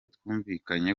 twumvikanye